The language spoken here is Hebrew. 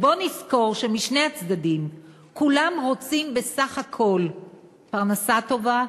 בואו נזכור שבשני הצדדים כולם רוצים בסך הכול פרנסה טובה,